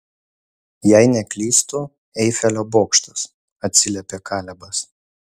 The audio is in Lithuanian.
jei neklystu eifelio bokštas atsiliepė kalebas